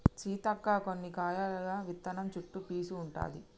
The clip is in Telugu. సీతక్క కొన్ని కాయల విత్తనం చుట్టు పీసు ఉంటది